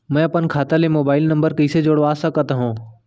मैं अपन खाता ले मोबाइल नम्बर कइसे जोड़वा सकत हव?